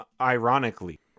ironically